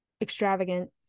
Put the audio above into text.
extravagant